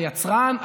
היצרן?